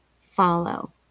follow